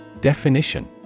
Definition